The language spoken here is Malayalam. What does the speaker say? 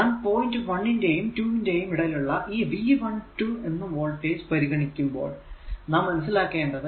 നാം പോയിന്റ് 1 ന്റെയും 2 ന്റെയും ഇടയിലുള്ള ഈ V12 എന്ന വോൾടേജ് പരിഗണിക്കുമ്പോൾ നാം മനസ്സിലാക്കേണ്ടത്